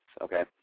okay